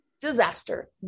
Disaster